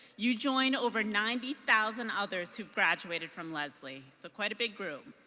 you join over ninety thousand others who've graduated from lesley. so quite a big group.